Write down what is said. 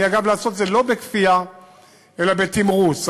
אגב, לעשות את זה לא בכפייה אלא בתמרוץ.